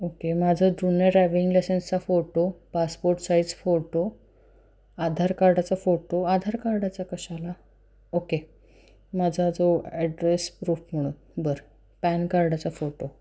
okay माझं जुन्या driving लायसन्सचा photo passport size photo Aadhaar कार्डाचा फोटो आधार कार्डाचा कशाला ओके माझा जो ॲड्रेस प्रूफ म्हणून बरं पॅन कार्डाचा फोटो